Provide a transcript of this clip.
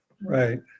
right